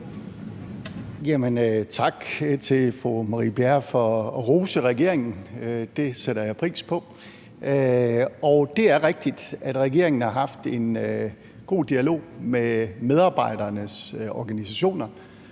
Tak til fru Marie Bjerre for at rose regeringen – det sætter jeg pris på. Det er rigtigt, at regeringen har haft en god dialog med medarbejdernes organisationer,